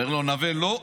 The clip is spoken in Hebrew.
אומר לו נווה: לא,